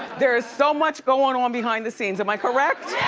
there's so much going on behind the scenes, am i correct?